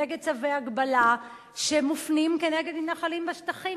נגד צווי הגבלה שמופנים כנגד מתנחלים בשטחים,